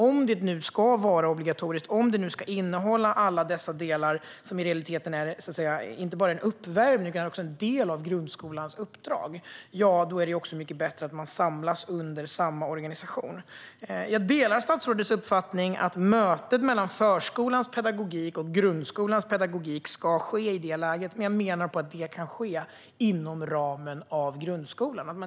Om den nu ska vara obligatorisk och innehålla alla dessa delar, som i realiteten är inte bara en uppvärmning utan också en del av grundskolans uppdrag, är det också mycket bättre att man samlas under samma organisation. Jag delar statsrådets uppfattning att mötet mellan förskolans och grundskolans pedagogik ska ske i det läget, men jag menar att detta kan ske inom ramen för grundskolan.